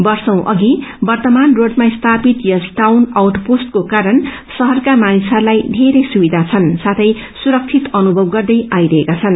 वर्षी अघि वर्दमान रोडमा सीपित यस टाउन आउट पोस्टको कारण शहरका मानिसहस्लाई वेरै सुविधाहरू छन् साथै सुरक्षित अनुमव गर्दै आइरहेका छनु